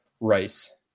rice